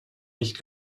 nicht